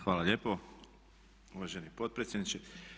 Hvala lijepo uvaženi potpredsjedniče.